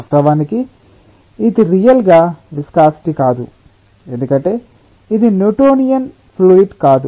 వాస్తవానికి ఇది రియల్ గా విస్కాసిటి కాదు ఎందుకంటే ఇది న్యూటోనియన్ ఫ్లూయిడ్ కాదు